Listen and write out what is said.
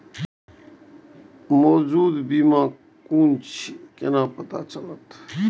मौजूद बीमा कोन छे केना पता चलते?